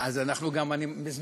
אז אני מזמין,